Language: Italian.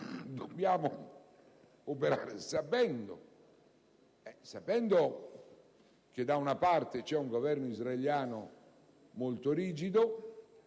dobbiamo operare, sapendo che da una parte c'è un Governo israeliano molto rigido,